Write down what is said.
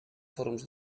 fòrums